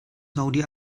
saudi